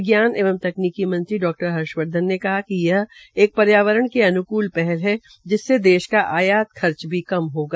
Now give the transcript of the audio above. विज्ञान एवं तकनीकी मंत्री डॉ डा हर्षवर्धन ने कहा कि यह एक पर्यावरण के अन्कूल पहल है जिससे देश का आयात खर्च भी कम होगा